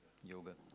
Yoga